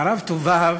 הרב טוב והב.